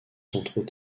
centraux